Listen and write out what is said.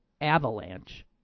avalanche